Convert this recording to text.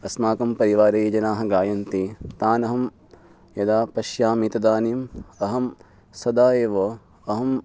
अस्माकं परिवारे जनाः गायन्ति तान् अहं यदा पश्यामि तदानीम् अहं सदा एव अहम्